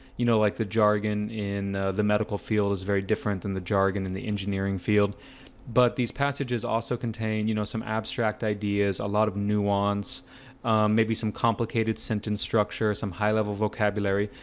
you know? like the jargon in the medical field is very different than the jargon in the engineering field but these passages also contain, you know, some abstract ideas, a lot of nuance maybe some complicated sentence structure some high-level vocabulary,